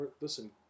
listen